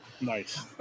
Nice